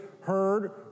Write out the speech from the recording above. heard